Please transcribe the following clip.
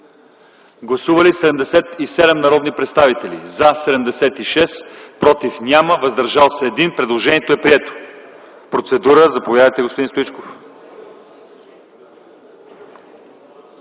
Гласували 77 народни представители: за 76, против няма, въздържал се 1. Предложението е прието. За процедура – заповядайте, господин Стоичков.